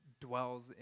dwells